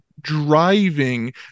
driving